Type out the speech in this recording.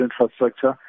infrastructure